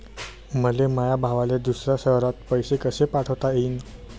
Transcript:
मले माया भावाले दुसऱ्या शयरात पैसे कसे पाठवता येईन?